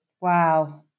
Wow